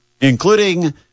including